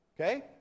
Okay